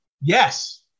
yes